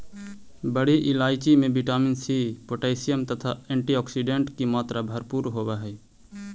बड़ी इलायची में विटामिन सी पोटैशियम तथा एंटीऑक्सीडेंट की मात्रा भरपूर होवअ हई